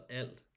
alt